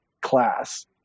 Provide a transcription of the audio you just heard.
class